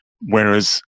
Whereas